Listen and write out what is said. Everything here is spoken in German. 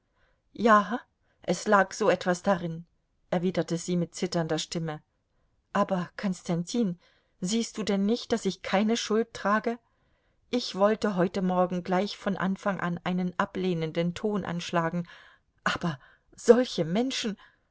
ja es lag so etwas darin erwiderte sie mit zitternder stimme aber konstantin siehst du denn nicht daß ich keine schuld trage ich wollte heute morgen gleich von anfang an einen ablehnenden ton anschlagen aber solche menschen